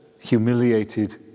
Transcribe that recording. humiliated